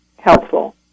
helpful